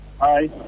Hi